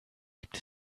gibt